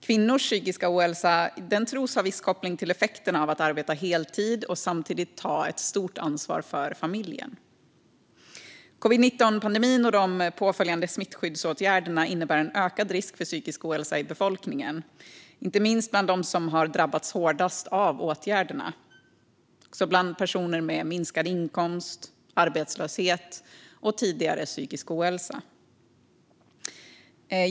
Kvinnors psykiska ohälsa tros ha viss koppling till effekterna av att arbeta heltid och samtidigt ta ett stort ansvar för familjen. Covid-19-pandemin och de påföljande smittskyddsåtgärderna innebär en ökad risk för psykisk ohälsa i befolkningen, inte minst bland dem som har drabbats hårdast av åtgärderna, som personer med minskad inkomst, arbetslöshet och tidigare psykisk ohälsa.